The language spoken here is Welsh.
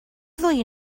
ddwy